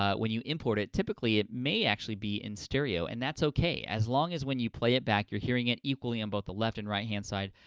ah when you import it, typically, it may actually be in stereo. and that's ok, as long as when you play it back, you're hearing it equally on both the left and right-hand side.